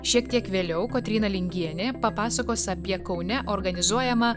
šiek tiek vėliau kotryna lingienė papasakos apie kaune organizuojama